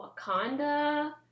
Wakanda